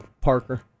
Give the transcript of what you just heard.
Parker